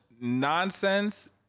nonsense